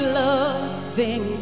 loving